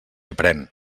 aprén